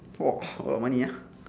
!wah! a lot of money ah